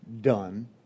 done